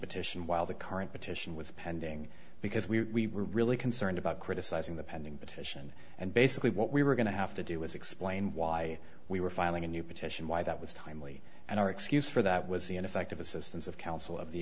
petition while the current petition was pending because we were really concerned about criticizing the pending petition and basically what we were going to have to do was explain why we were filing a new petition why that was timely and our excuse for that was the ineffective assistance of counsel of the